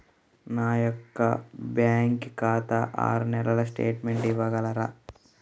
నా యొక్క బ్యాంకు ఖాతా ఆరు నెలల స్టేట్మెంట్ ఇవ్వగలరా?